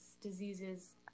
diseases